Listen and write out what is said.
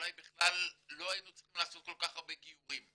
אולי בכלל לא היינו צריכים לעשות כל כך הרבה גיורים,